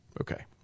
okay